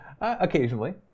Occasionally